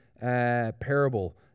parable